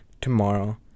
tomorrow